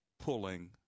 pulling